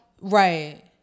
Right